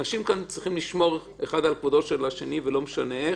אנשים כאן צריכים לשמור זה על כבודו של זה ולא משנה איך.